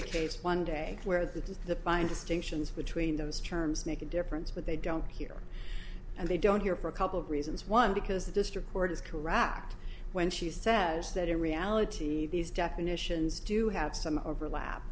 a case one day where the fine distinctions between those terms make a difference but they don't hear and they don't hear for a couple of reasons one because the district court is korat when she says that in reality these definitions do have some overlap